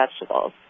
vegetables